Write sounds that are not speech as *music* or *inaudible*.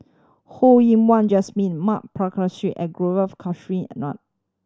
Ho Yen Wah Jesmine Ma Balakrishnan and Gaurav *unintelligible*